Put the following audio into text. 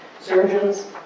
Surgeons